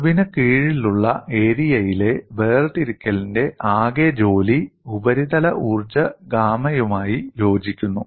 കർവിന് കീഴിലുള്ള ഏരിയയിലെ വേർതിരിക്കലിന്റെ ആകെ ജോലി ഉപരിതല ഊർജ്ജ ഗാമയുമായി യോജിക്കുന്നു